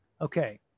okay